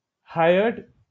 hired